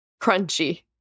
Crunchy